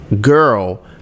girl